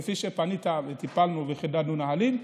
כפי שכשפנית טיפלנו וחידדנו נהלים.